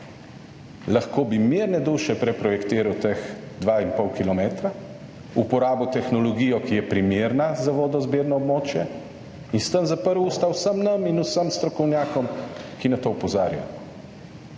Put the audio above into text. Lahko bi mirne duše preprojektiral teh dva in pol kilometra, uporabil tehnologijo, ki je primerna za vodo, zbirno območje in s tem zaprl usta vsem nam in vsem strokovnjakom, ki na to opozarjajo.